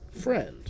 friend